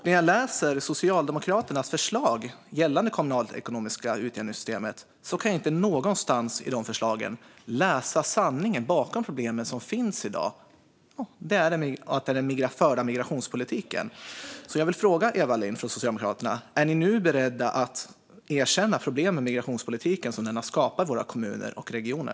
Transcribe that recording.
När jag läser Socialdemokraternas förslag gällande det kommunalekonomiska utjämningssystemet kan jag inte någonstans i förslagen läsa sanningen bakom problemen, nämligen den förda migrationspolitiken. Är Socialdemokraterna nu beredda, Eva Lindh, att erkänna problemen som migrationspolitiken har skapat för våra kommuner och regioner?